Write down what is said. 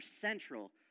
central